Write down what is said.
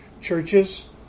churches